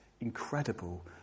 incredible